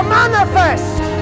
manifest